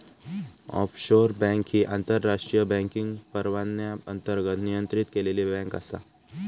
offshore bank ही आंतरराष्ट्रीय banking परवान्याअंतर्गत नियंत्रित केलेली बँक आसा